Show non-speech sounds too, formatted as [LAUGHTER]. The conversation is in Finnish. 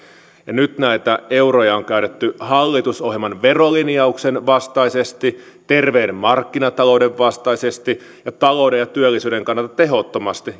nyt näitä euroja on käytetty hallitusohjelman verolinjauksen vastaisesti terveen markkinatalouden vastaisesti ja talouden ja työllisyyden kannalta tehottomasti [UNINTELLIGIBLE]